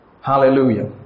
Hallelujah